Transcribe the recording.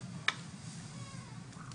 מנת